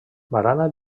barana